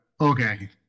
okay